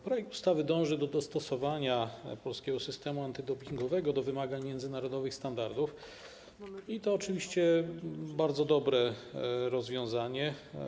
Projekt ustawy ma na celu dostosowanie polskiego systemu antydopingowego do wymagań międzynarodowych standardów i to oczywiście bardzo dobre rozwiązanie.